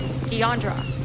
Deandra